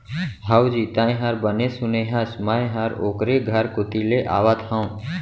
हवजी, तैंहर बने सुने हस, मैं हर तो ओकरे घर कोती ले आवत हँव